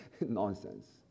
Nonsense